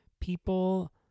People